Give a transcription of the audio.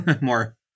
more